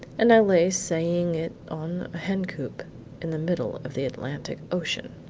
and i lay saying it on a hen-coop in the middle of the atlantic ocean!